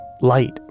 Light